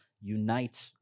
unite